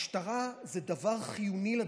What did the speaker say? משטרה זה דבר חיוני לדמוקרטיה.